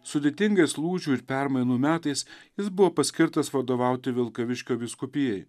sudėtingais lūžių ir permainų metais jis buvo paskirtas vadovauti vilkaviškio vyskupijai